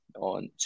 On